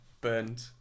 Burned